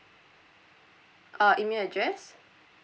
uh email address